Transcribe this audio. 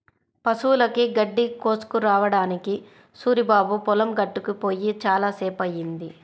పశువులకి గడ్డి కోసుకురావడానికి సూరిబాబు పొలం గట్టుకి పొయ్యి చాలా సేపయ్యింది